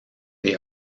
they